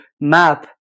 map